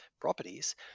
properties